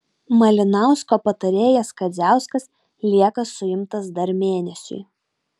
malinausko patarėjas kadziauskas lieka suimtas dar mėnesiui